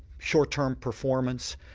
short term performance,